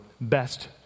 best